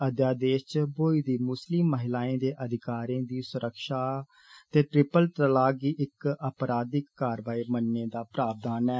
अध्यादेष च ब्योई दी मुस्लिम महिलाएं दे अधिकारें दी सुरक्षा ते ट्रिपल तलाक गी इक अपराधिक कारवाई मन्नने दा प्रावधान ऐ